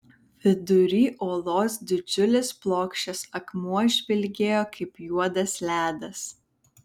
vidury olos didžiulis plokščias akmuo žvilgėjo kaip juodas ledas